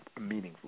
meaningful